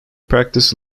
practiced